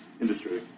industry